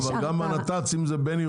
לא, אבל גם הנת"צים זה בין-עירוני.